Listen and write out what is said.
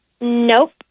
Nope